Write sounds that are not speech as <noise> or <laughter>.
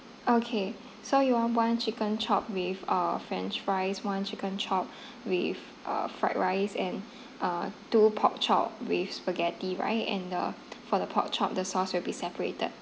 okay so you want one chicken chop with uh french fries one chicken chop with uh fried rice and uh two pork chop with spaghetti right and the <noise> for the pork chop the sauce will be separated